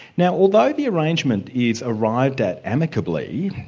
now although the arrangement is arrived at amicably,